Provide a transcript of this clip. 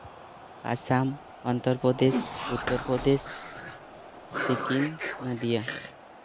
Assam Andhra Pradesh Uttar Pradesh Sikkim Nadia